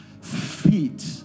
feet